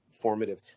formative